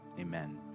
amen